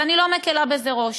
ואני לא מקילה בזה ראש,